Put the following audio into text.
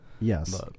Yes